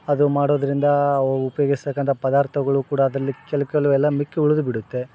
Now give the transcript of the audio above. ಅದು ಮಾಡೋದರಿಂದ ಉಪ್ಯೋಗಿಸ್ತಕ್ಕಂಥ ಪದಾರ್ಥಗುಳು ಕೂಡ ಅದರಲ್ಲಿ ಕೆಲ ಕಲ್ವು ಎಲ್ಲ ಮಿಕ್ಕು ಉಳ್ದು ಬಿಡುತ್ತೆ